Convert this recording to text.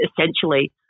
essentially